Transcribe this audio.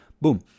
boom